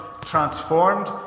transformed